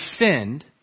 defend